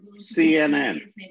CNN